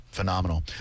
Phenomenal